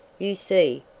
you see,